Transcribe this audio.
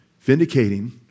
vindicating